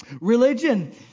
Religion